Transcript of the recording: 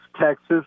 Texas